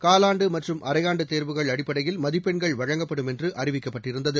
காலாண்டுமற்றும் அரையாண்டுதேர்வுகள் அடிப்படையில் மதிப்பெண்கள் வழங்கப்படும் என்றுஅறிவிக்கப்பட்டிருந்தது